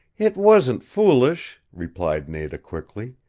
it wasn't foolish, replied nada quickly.